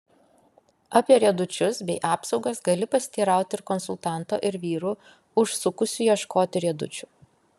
apie riedučius bei apsaugas gali pasiteirauti ir konsultanto ir vyrų užsukusių ieškoti riedučių